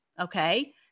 okay